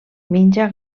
menja